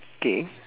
K